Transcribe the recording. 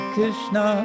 Krishna